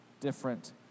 different